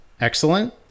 excellent